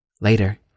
Later